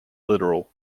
literal